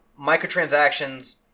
microtransactions